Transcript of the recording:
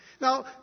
Now